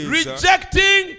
rejecting